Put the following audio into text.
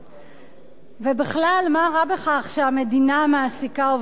ובכלל, מה רע בכך שהמדינה מעסיקה עובדי קבלן?